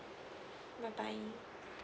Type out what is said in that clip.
bye bye